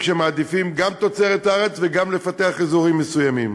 כשמעדיפים גם תוצרת הארץ וגם פיתוח אזורים מסוימים.